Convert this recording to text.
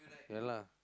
ya lah